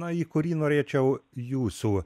į kurį norėčiau jūsų